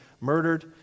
murdered